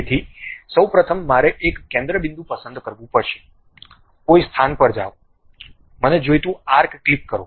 તેથી સૌ પ્રથમ મારે એક કેન્દ્ર બિંદુ પસંદ કરવું પડશે કોઈ સ્થાન પર જાઓ મને જોઈતું આર્ક ક્લિક કરો